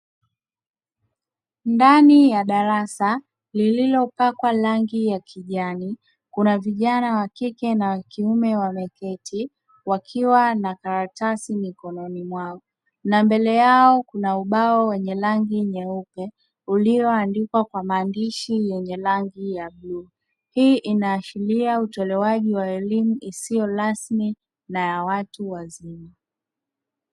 Ndani ya darasa lililopakwa rangi ya kijani; kuna vijana wakike na wakiume wameketi wakiwa na karatasi mikononi mwao, na mbele yao kuna ubao wenye rangi nyeupe ulioandikwa kwa maandishi yenye rangi ya bluu. Hii inaashiria utolewaji wa elimu isiyo rasmi na ya watu wazima .